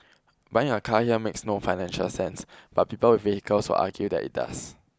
buying a car here makes no financial sense but people with vehicles will argue that it does